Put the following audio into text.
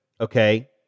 okay